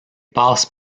passe